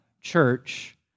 church